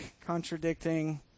contradicting